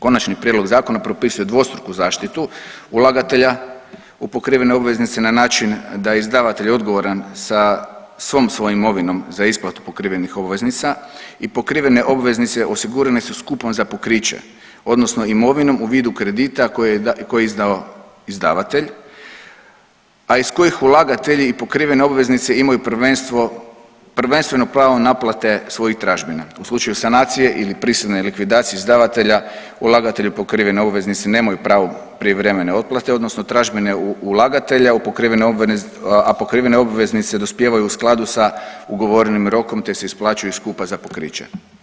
Konačni prijedlog zakona propisuje dvostruku zaštitu ulagatelja, u pokrivene obveznice na način da je izdavatelj odgovoran sa svom svojom imovinom za isplatu pokrivenih obveznica i pokrivene obveznice osigurane su skupom za pokriće, odnosno imovinom u vidu kredita koje je izdao izdavatelj, a iz kojeg ulagatelji i pokrivene obveznice imaju prvenstveno pravo naplate svojih tražbina u slučaju sanacije ili prisilne likvidacije izdavatelja ulagatelji u pokrivene obveznice nemaju pravo prijevremene otplate, odnosno tražbine ulagatelja, a pokrivene obveznice dospijevaju u skladu sa ugovorenim rokom, te se isplaćuju skupa za pokriće.